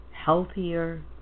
healthier